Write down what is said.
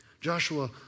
Joshua